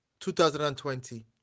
2020